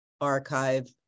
archive